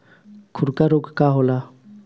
खुरहा रोग का होला?